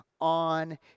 on